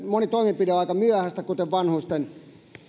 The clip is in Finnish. moni toimenpide on aika myöhässä kuten vanhusten